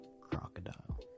crocodile